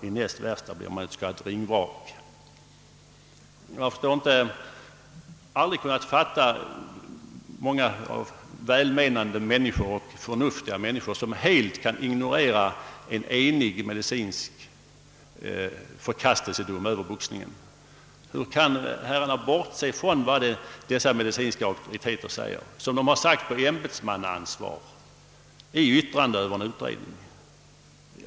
I näst värsta blir man ett s.k ringvrak.» Jag har aldrig kunnat fatta att många välmenande och förnuftiga människor helt kan ignorera en enig medicinsk förkastelsedom över boxningen. Hur kan herrarna bortse från vad alla dessa medicinska auktoriteter har sagt under ämbetsmannaansvar i yttrande över en utredning?